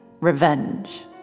revenge